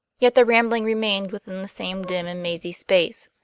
yet their rambling remained within the same dim and mazy space.